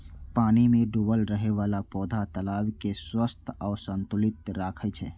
पानि मे डूबल रहै बला पौधा तालाब कें स्वच्छ आ संतुलित राखै छै